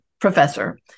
professor